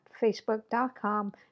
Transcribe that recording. facebook.com